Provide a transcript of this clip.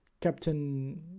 Captain